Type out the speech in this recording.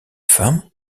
femme